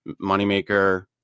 Moneymaker